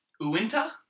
Uinta